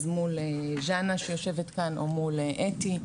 מול ז'אנה שיושבת כאן או מול אתי,